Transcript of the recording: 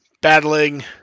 Battling